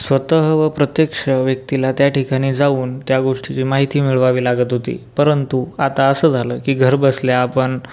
स्वतः व प्रत्यक्ष व्यक्तीला त्या ठिकाणी जाऊन त्या गोष्टीची माहिती मिळवावी लागत होती परंतु आता असं झालं की घरबसल्या आपण